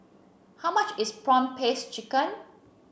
how much is prawn paste chicken